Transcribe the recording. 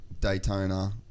Daytona